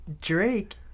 Drake